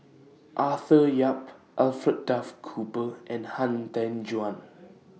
Arthur Yap Alfred Duff Cooper and Han Tan Juan